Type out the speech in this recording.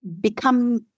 become